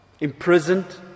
Imprisoned